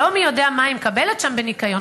לא מי יודע מה היא מקבלת שם בניקיון,